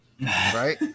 Right